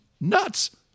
Nuts